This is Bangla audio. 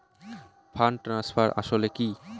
ফান্ড ট্রান্সফার আসলে কী?